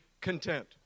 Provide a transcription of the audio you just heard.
content